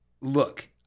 Look